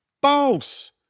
Boss